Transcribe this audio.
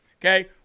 okay